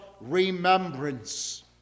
remembrance